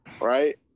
right